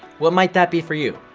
what might that be for you?